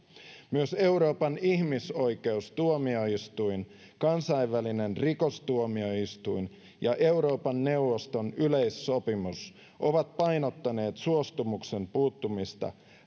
myös euroopan ihmisoikeustuomioistuin kansainvälinen rikostuomioistuin ja euroopan neuvoston yleissopimus ovat painottaneet suostumuksen puuttumista